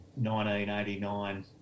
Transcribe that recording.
1989